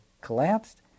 collapsed